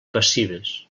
passives